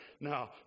now